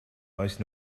most